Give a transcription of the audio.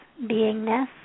beingness